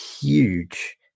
huge